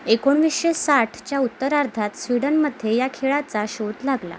एकोणवीसशे साठच्या उत्तरार्धात स्वीडनमध्ये या खेळाचा शोध लागला